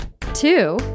Two